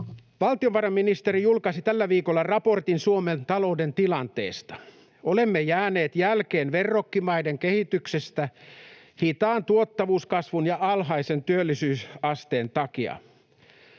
Valtiovarainministeriö julkaisi tällä viikolla raportin Suomen talouden tilanteesta. Olemme jääneet jälkeen verrokkimaiden kehityksestä hitaan tuottavuuskasvun ja alhaisen työllisyysasteen takia.